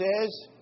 says